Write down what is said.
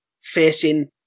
facing